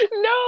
no